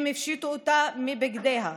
הם הפשיטו אותה מבגדיה,